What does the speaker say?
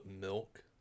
milk